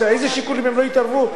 באיזה שיקולים הם לא התערבו?